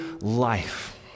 life